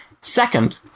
Second